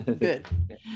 Good